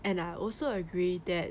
and I also agree that